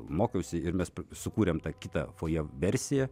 mokiausi ir mes sukūrėm tą kitą fojė versiją